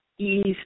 Ease